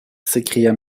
s’écria